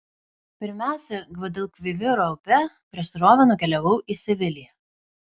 pirmiausia gvadalkviviro upe prieš srovę nukeliavau į seviliją